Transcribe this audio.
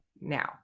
now